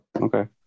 Okay